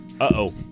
Uh-oh